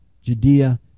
Judea